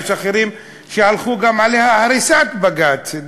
יש אחרים שהלכו גם על הריסת בג"ץ,